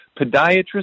podiatrist